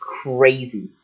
crazy